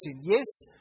Yes